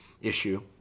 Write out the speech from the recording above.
issue